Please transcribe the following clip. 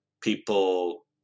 people